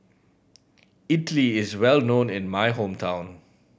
idili is well known in my hometown